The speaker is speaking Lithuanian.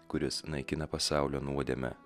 kuris naikina pasaulio nuodėmę